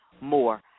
more